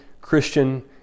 Christian